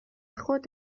خود